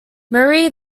marie